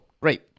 Great